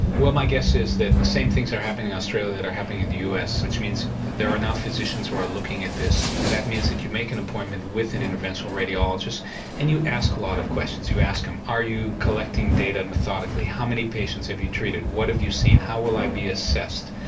well my guess is that the same things are happening in australia that are happening in the us, which means there are now physicians who are looking at this and that means that you make an appointment with an interventional radiologist and you ask a lot of questions. you ask them are you collecting data methodically, how many patients have you treated, what have you seen, how will i be assessed,